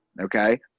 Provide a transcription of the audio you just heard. okay